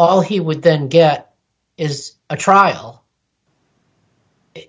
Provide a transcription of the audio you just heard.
all he would then get is a trial